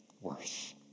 worse